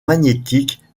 magnétique